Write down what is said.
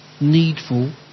needful